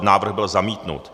Návrh byl zamítnut.